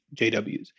JWs